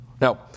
Now